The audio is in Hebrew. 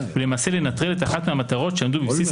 ולמעשה לנטרל את אחת מן המטרות שעמדו בבסיס